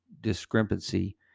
discrepancy